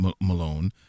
Malone